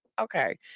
okay